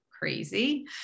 Crazy